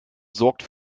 sorgt